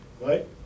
Right